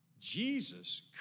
Jesus